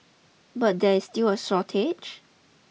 but there is still a shortage